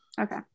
okay